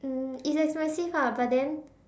um it's expensive ah but then